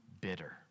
bitter